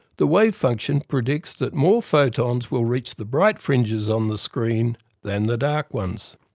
the wave function predicts that more photons will reach the bright fringes on the screen than the dark ones.